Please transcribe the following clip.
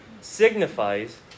signifies